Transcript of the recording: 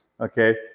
okay